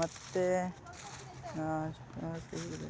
ಮತ್ತು